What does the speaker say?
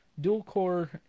dual-core